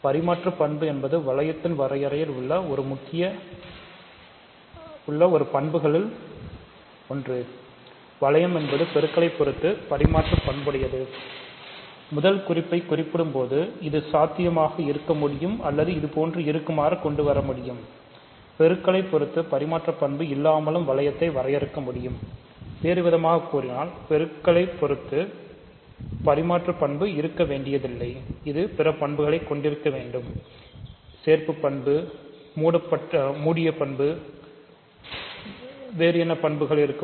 பரிமாற்று பண்பு என்பது ஒரு வளையத்தின் வரையறையில் உள்ள பண்புகளில் ஒன்று வளையம் என்பது பெருக்களை பொறுத்து பரிமாற்று பண்புடையது இருக்கும் வேறு என்ன பண்புகள் இருக்கும்